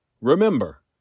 Remember